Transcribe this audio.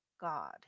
God